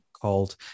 called